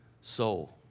soul